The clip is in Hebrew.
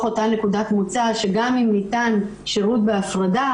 אותה נקודת מוצא שגם אם ניתן שירות בהפרדה,